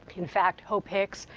in fact, hope hicks,